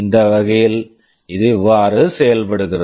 இந்த வகையில் இது இவ்வாறு செயல்படுகிறது